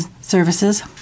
Services